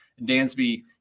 Dansby